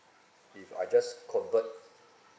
if I just convert